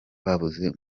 babuze